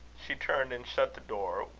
she turned and shut the door,